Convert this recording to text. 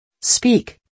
Speak